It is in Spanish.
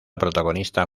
protagonista